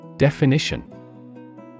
Definition